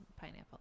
pineapple